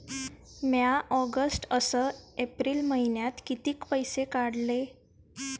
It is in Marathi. म्या ऑगस्ट अस एप्रिल मइन्यात कितीक पैसे काढले?